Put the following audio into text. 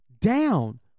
down